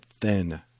thin